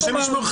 השם ישמור,